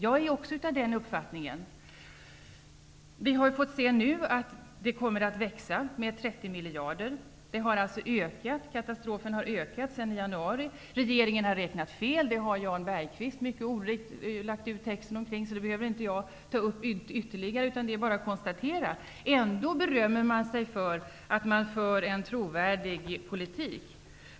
Jag är också av den uppfattningen. Vi har fått se att budgetunderskottet kommer att växa med 30 miljarder. Katastrofen har alltså blivit värre sedan januari. Regeringen har räknat fel. Det har Jan Bergqvist mycket riktigt lagt ut texten omkring, så jag behöver inte ta upp det ytterligare, utan det är bara att konstatera. Ändå berömmer man sig av att föra en trovärdig politik.